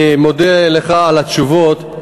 אני מודה לך על התשובות.